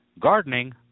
gardening